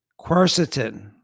Quercetin